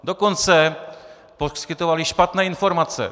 Dokonce poskytovaly špatné informace.